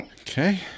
Okay